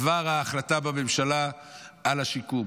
עברה ההחלטה בממשלה על שיקום.